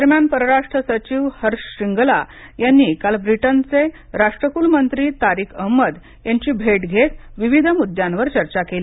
दरम्यान परराष्ट्र सचिव हर्ष श्रींगला यांनी काल ब्रिटनचे राष्ट्रकुल मंत्री तारिक अहमद यांची भेट घेत विविध मुद्द्यांवर चर्चा केली